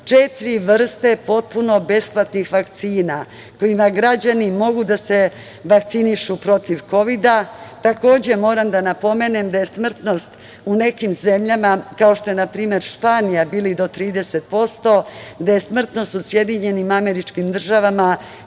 četiri vrste potpuno besplatnih vakcina, kojima građani mogu da se vakcinišu protiv kovida. Takođe, moram da napomenem da je smrtnost u nekim zemljama kao što je, na primer, Španija, bila i do 30%, da je smrtnosti u SAD bila 22%, a da